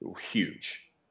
huge